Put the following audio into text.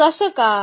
मग असं का